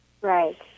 Right